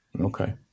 Okay